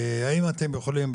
האם אתם יכולים,